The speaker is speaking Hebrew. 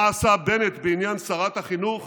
מה עשה בנט בעניין שרת החינוך